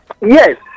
yes